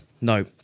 no